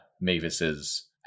mavis's